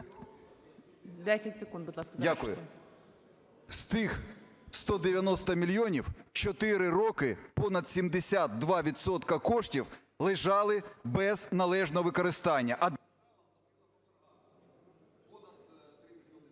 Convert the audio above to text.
Дякую. З тих 190 мільйонів 4 роки понад 72 відсотка коштів лежали без належного використання.